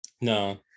No